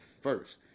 first